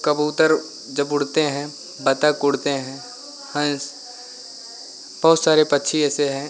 कबूतर जब उड़ते हैं बत्तख उड़ते हैं हंस बहुत सारे पक्षी ऐसे हैं